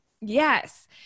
Yes